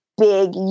big